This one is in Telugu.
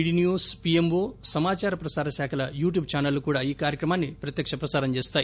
డి న్యూస్ పీఎంఓ సమాచార ప్రసార శాఖల యూట్యూట్ ఛానళ్ళు కూడా ఈ కార్యక్రమాన్ని ప్రత్యక్ష ప్రసారం చేస్తాయి